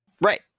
right